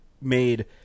made